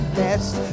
best